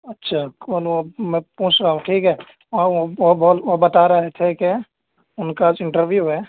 اچھا کون ہو آپ میں پوچھ رہا ہوں ٹھیک ہے ہاں وہ بول وہ بتا رہے تھے کہ ان کا انٹرویو ہے